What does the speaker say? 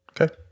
Okay